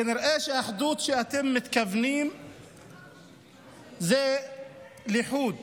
כנראה שהאחדות שאתם מתכוונים אליה זה לחוד